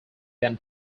than